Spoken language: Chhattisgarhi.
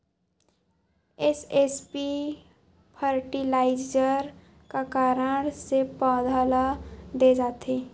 एस.एस.पी फर्टिलाइजर का कारण से पौधा ल दे जाथे?